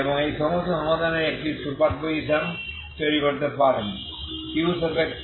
এবং এই সমস্ত সমাধানের একটি সুপারপোজিশন তৈরি করতে পারেন